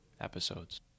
episodes